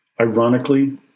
Ironically